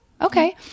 okay